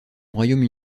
royaume